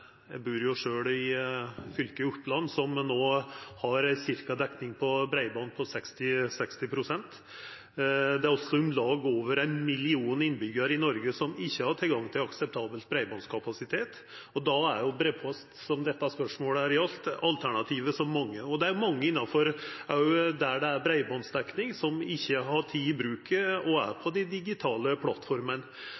Eg bur jo sjølv i fylket Oppland, som no har ei breibanddekning på ca. 60 pst. Det er over 1 million innbyggjarar i Noreg som ikkje har tilgang til akseptabel breibandkapasitet, og då er brevpost, som dette spørsmålet gjaldt, alternativet for mange. Det er også mange der det er breibanddekning, som ikkje har teke i bruk dei digitale plattformene. Difor er